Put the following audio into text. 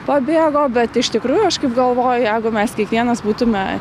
pabėgo bet iš tikrųjų aš kaip galvoju jeigu mes kiekvienas būtume